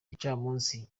gicamunsi